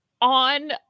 on